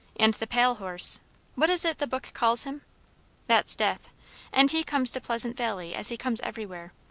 and the pale horse what is it the book calls him that's death and he comes to pleasant valley as he comes everywhere.